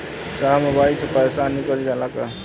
साहब मोबाइल से पैसा निकल जाला का?